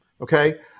okay